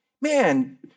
Man